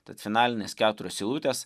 tad finalinės keturios eilutės